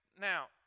now